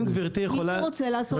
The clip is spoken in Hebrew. מי שרוצה לעשות חניון.